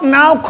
now